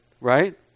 Right